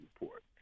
report